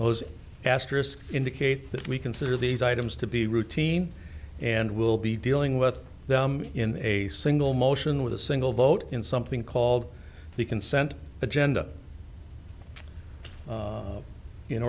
those asterisks indicate that we consider these items to be routine and we'll be dealing with them in a single motion with a single vote in something called the consent agenda